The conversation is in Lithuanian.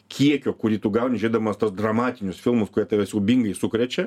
kiekio kurį tu gauni žiūrėdamas tuos dramatinius filmus kurie tave siaubingai sukrečia